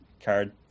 card